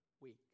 week